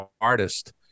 artist